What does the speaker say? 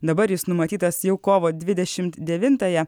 dabar jis numatytas jau kovo dvidešim devintąją